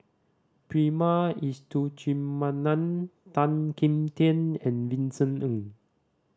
Prema Letchumanan Tan Kim Tian and Vincent Ng